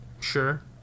Sure